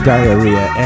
Diarrhea